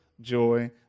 joy